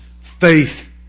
faith